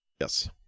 Yes